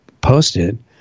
posted